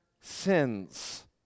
sins